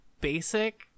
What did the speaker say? basic